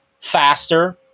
faster